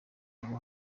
ntabwo